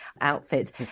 outfits